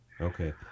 Okay